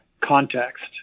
context